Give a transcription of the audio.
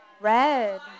Red